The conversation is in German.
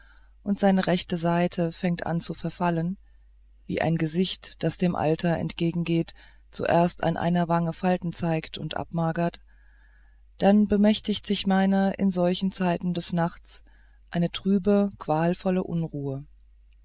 und seine rechte seite fängt an zu verfallen wie ein gesicht das dem alter entgegengeht zuerst an einer wange falten zeigt und abmagert dann bemächtigt sich meiner um solche zeit des nachts eine trübe qualvolle unruhe